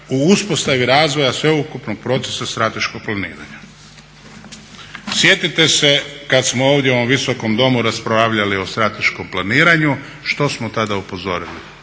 u uspostavi razvoja sveukupnog procesa strateškog planiranja. Sjetite se kad smo ovdje u ovom Visokom domu raspravljali o strateškom planiranju što smo tada upozorili.